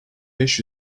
beş